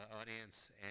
audience